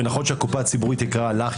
ונכון שהקופה הציבורית יקרה לך,